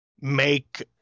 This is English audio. make